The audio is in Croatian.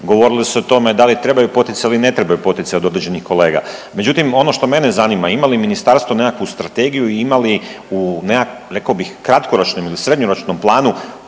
Govorilo se o tome da li trebaju poticaji ili ne trebaju poticaji od određenih kolega. Međutim, ono što mene zanima ima li ministarstvo nekakvu strategiju i ima li rekao bih kratkoročnom ili srednjoročnom planu